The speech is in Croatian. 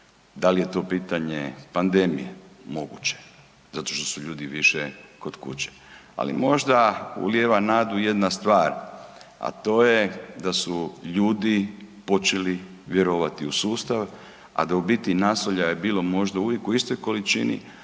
da li je to pitanje pandemije, moguće, zato što su ljudi više kod kuće, ali možda ulijeva nadu jedna stvar, a to je da su ljudi počeli vjerovati u sustav, a da u biti nasilja je bilo možda uvijek u istoj količini,